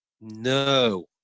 No